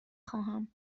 خواهم